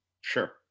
Sure